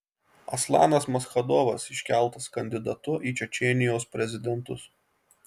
aslanas maschadovas iškeltas kandidatu į čečėnijos prezidentus